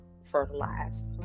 fertilized